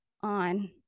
on